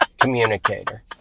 communicator